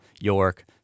York